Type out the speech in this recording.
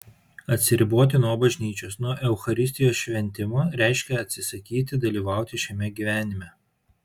atsiriboti nuo bažnyčios nuo eucharistijos šventimo reiškia atsisakyti dalyvauti šiame gyvenime